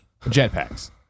jetpacks